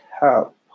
help